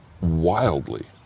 wildly